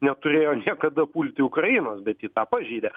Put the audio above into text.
neturėjo niekada pulti ukrainos bet ji tą pažeidė